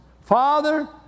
Father